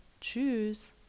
Tschüss